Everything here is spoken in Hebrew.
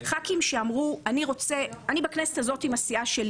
ח"כים שאמרו: בכנסת הזאת אני בסיעה שלי